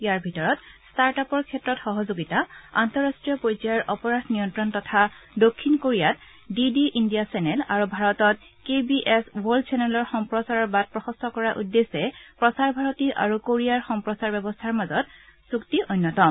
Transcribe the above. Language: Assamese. ইয়াৰ ভিতৰত ষ্টাৰ্টআপ ক্ষেত্ৰত সহযোগিতা আন্তঃৰাষ্ট্ৰীয় পৰ্যায়ৰ অপৰাধ নিয়ন্ত্ৰণ তথা দক্ষিণ কোৰিয়াত ডি ডি ইণ্ডিয়া চেনেল আৰু ভাৰতত কে বি এছ ৰ্বল্ড চেনেলৰ সম্প্ৰচাৰৰ বাট প্ৰশস্ত কৰাৰ উদ্দেশ্যে প্ৰসাৰ ভাৰতী আৰু কোৰিয়াৰ সম্প্ৰচাৰ ব্যৱস্থাৰ মাজৰ চুক্তি অন্যতম